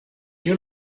you